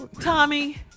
Tommy